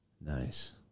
Nice